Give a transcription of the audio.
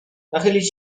nachylić